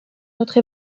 notre